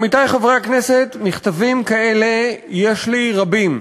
עמיתי חברי הכנסת, מכתבים כאלה יש לי רבים.